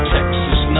Texas